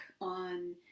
on